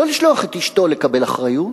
לא לשלוח את אשתו לקבל אחריות.